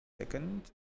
second